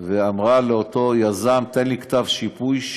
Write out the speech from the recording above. ואמרה לאותו יזם: תן לי כתב שיפוי,